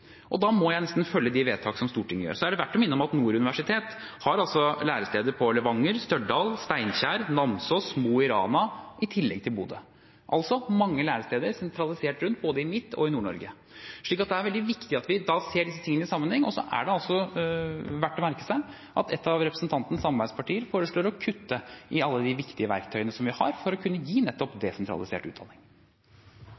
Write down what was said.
og da må jeg nesten følge de vedtak som Stortinget gjør. Det er verdt å minne om at Nord Universitet altså har læresteder i Levanger, Stjørdal, Steinkjer, Namsos og Mo i Rana i tillegg til i Bodø, altså mange læresteder desentralisert rundt både i Midt- og i Nord-Norge. Det er veldig viktig at vi ser disse tingene i sammenheng, og det er verdt å merke seg at et av representantens samarbeidspartier foreslår å kutte i alle de viktige verktøyene vi har for å kunne gi nettopp